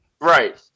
Right